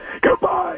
Goodbye